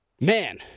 man